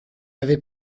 avait